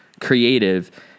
creative